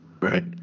right